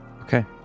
okay